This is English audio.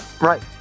right